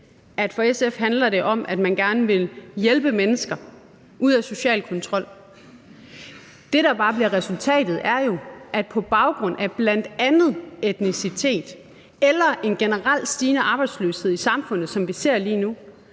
for SF handler det om, at man gerne vil hjælpe mennesker ud af social kontrol. Det, der bare bliver resultatet, er jo, at en masse menneskers boliger på baggrund af bl.a. etnicitet eller generelt stigende arbejdsløshed i samfundet, som vi ser lige nu,